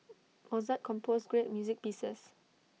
Mozart composed great music pieces